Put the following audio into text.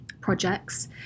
projects